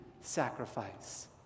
sacrifice